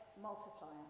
multiplier